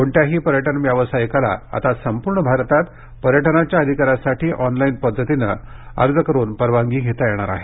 कोणत्याही पर्यटन व्यावसायिकाला आता संपूर्ण भारतात पर्यटनाच्या अधिकारासाठी ऑनलाईन पद्धतीने अर्ज करुन परवानगी घेता येणार आहे